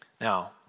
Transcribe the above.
Now